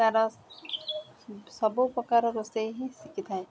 ତାର ସବୁ ପ୍ରକାର ରୋଷେଇ ହିଁ ଶିଖିଥାଏ